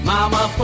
Mama